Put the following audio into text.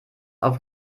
auf